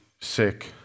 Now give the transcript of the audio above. sick